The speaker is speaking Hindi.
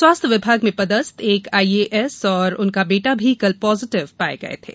स्वास्थ विभाग में पदस्थ एक आईएएस और उनका बेटा भी कल पॉजीटिव पाये गये थे